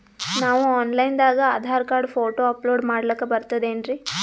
ನಾವು online ದಾಗ Aadhaar card, photo upload ಮಾಡ್ಲಕ ಬರ್ತದೇನ್ರಿ?